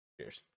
Cheers